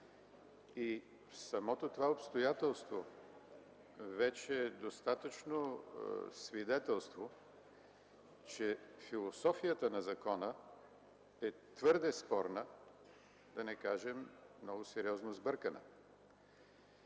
Самото това обстоятелство вече е достатъчно свидетелство, че философията на закона е твърде спорна, да не кажем – много сериозно сбъркана.